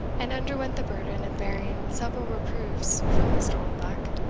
and underwent the burden of bearing several reproofs from mr. oldbuck,